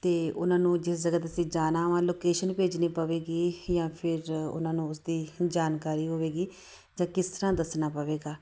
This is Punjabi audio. ਅਤੇ ਉਹਨਾਂ ਨੂੰ ਜਿਸ ਜਗ੍ਹਾ 'ਤੇ ਅਸੀਂ ਜਾਣਾ ਵਾ ਲੋਕੇਸ਼ਨ ਭੇਜਣੀ ਪਵੇਗੀ ਜਾਂ ਫਿਰ ਉਹਨਾਂ ਨੂੰ ਉਸ ਦੀ ਜਾਣਕਾਰੀ ਹੋਵੇਗੀ ਜਾਂ ਕਿਸ ਤਰ੍ਹਾਂ ਦੱਸਣਾ ਪਵੇਗਾ